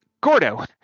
Gordo